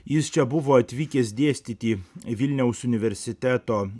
jis čia buvo atvykęs dėstyti vilniaus universiteto